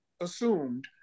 assumed